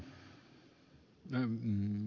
arvoisa puhemies